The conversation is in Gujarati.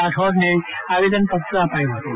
રાઠોડને આવેદનપત્ર આપ્યું હતું